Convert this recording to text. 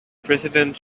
president